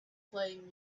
playing